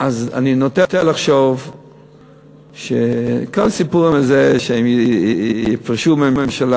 אז אני נוטה לחשוב שכל הסיפור הזה שהם יפרשו מהממשלה,